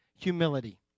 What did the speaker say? Humility